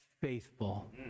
faithful